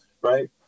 right